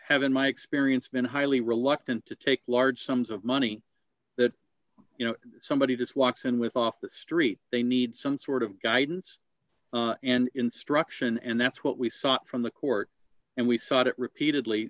have in my experience been highly reluctant to take large sums of money that you know somebody just walks in with off the street they need some sort of guidance and instruction and that's what we saw from the court and we saw it repeatedly